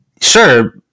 Sure